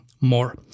more